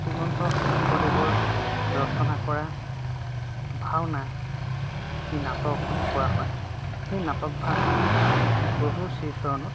শ্ৰীমন্ত শংকৰদেৱৰ ৰচনা কৰা ভাওনা যি নাটক বুলি কোৱা হয় সেই নাটকভাগ প্ৰভুৰ শ্ৰীচৰণত